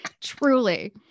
Truly